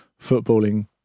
footballing